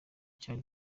cyari